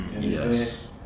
Yes